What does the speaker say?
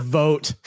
vote